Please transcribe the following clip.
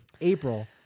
April